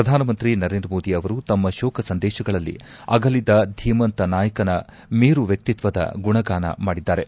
ಪ್ರಧಾನಮಂತ್ರಿ ನರೇಂದ್ರ ಮೋದಿ ಅವರು ತಮ್ನ ಶೋಕ ಸಂದೇಶಗಳಲ್ಲಿ ಅಗಲಿದ ಧೀಮಂತ ನಾಯಕನ ಮೇರು ವ್ವಕ್ತಿತ್ವದ ಗುಣಗಾನ ಮಾಡಿದ್ದಾರೆ